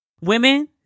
Women